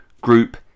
Group